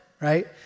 right